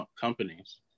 companies